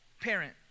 parent